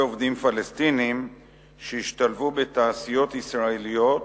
עובדים פלסטינים שהשתלבו בתעשיות ישראליות